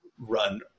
run